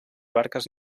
barques